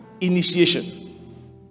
initiation